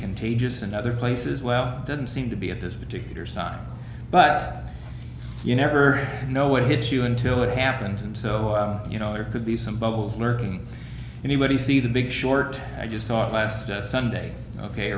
contagious and other places well it didn't seem to be at this particular site but you never know what hit you until it happens and so you know there could be some bubbles lurking anybody see the big short i just saw it last sunday ok